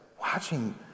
watching